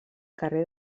carrer